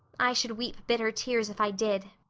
i should weep bitter tears if i did.